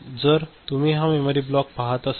जर तुम्ही हा मेमरी ब्लॉक पहात असाल